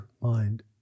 mind